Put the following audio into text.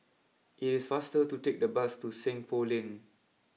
it is faster to take the bus to Seng Poh Lane